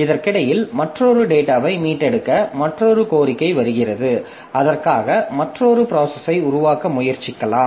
இதற்கிடையில் மற்றொரு டேட்டாவை மீட்டெடுக்க மற்றொரு கோரிக்கை வருகிறது அதற்காக மற்றொரு ப்ராசஸை உருவாக்க முயற்சிக்கலாம்